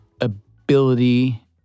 ability